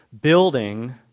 building